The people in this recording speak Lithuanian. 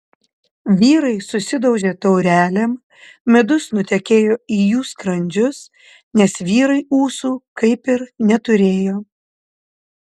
vyrai susidaužė taurelėm midus nutekėjo į jų skrandžius nes vyrai ūsų kaip ir neturėjo